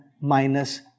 minus